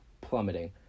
plummeting